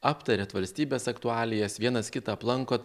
aptariat valstybės aktualijas vienas kitą aplankot